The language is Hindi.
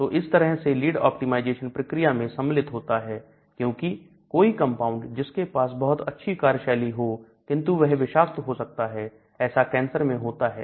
तो इस तरह से लीड ऑप्टिमाइजेशन प्रक्रिया में सम्मिलित होता है क्योंकि कोई कंपाउंड जिसके पास बहुत अच्छी कार्यशैली हो किंतु वह विषाक्त हो सकता है ऐसा कैंसर में होता है